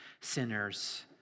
sinners